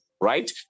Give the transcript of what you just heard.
right